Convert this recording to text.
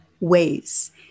ways